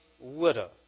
widow